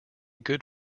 good